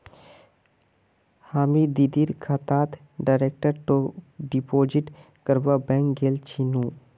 हामी दीदीर खातात डायरेक्ट डिपॉजिट करवा बैंक गेल छिनु